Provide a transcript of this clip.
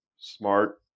smart